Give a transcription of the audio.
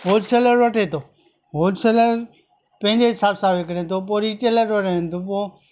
wholesaler वठे थो wholesaler पंहिंजे हिसाब सां विकिणे थो पोइ रिटेलर वटि वेंदो पोइ